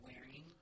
wearing